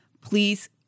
please